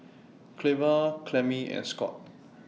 Cleva Clemmie and Scot